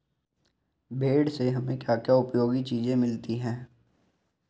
भेड़ से हमें क्या क्या उपयोगी चीजें मिलती हैं?